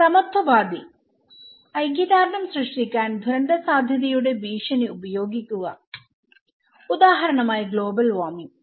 സമത്വവാദി ഐക്യദാർഢ്യം സൃഷ്ടിക്കാൻ ദുരന്തസാധ്യത യുടെ ഭീഷണി ഉപയോഗിക്കുക ഉദാഹരണമായി ഗ്ലോബൽ വാർമിംഗ്